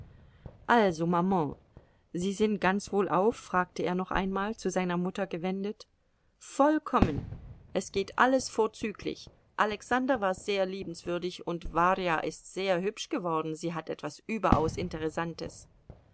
also maman sie sind ganz wohlauf fragte er noch einmal zu seiner mutter gewendet vollkommen es geht alles vorzüglich alexander war sehr liebenswürdig und warja ist sehr hübsch geworden sie hat etwas überaus interessantes